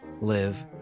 live